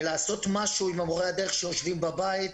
לעשות משהו עם מורי הדרך שיושבים בבית,